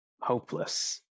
hopeless